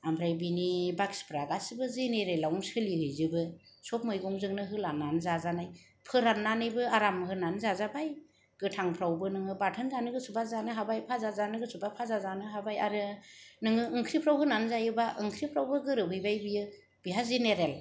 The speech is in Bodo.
ओमफ्राय बेनि बाखिफ्रा गासिबो जेनेरेल आवनो सोलिहैजोबो सब मैगंजोंनो होलानानै जाजानाय फोराननानैबो आराम होलानानै जाजाबाय गोथांफ्रावबो बाथोन जानो गोसोबा जानो हाबाय फाजा जानो गोसोबा फाजा जानो हाबाय आरो नोङो ओंख्रिफ्राव होनानै जायोबा ओंख्रिफ्रावबो गोरोब हैबाय बियो बेहा जेनेरेल